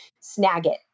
Snagit